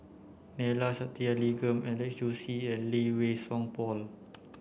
Neila Sathyalingam Alex Josey and Lee Wei Song Paul